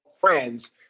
friends